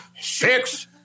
six